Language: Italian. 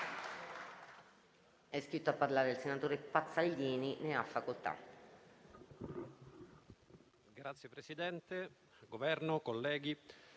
Signor Presidente, Governo, colleghi,